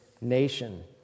nation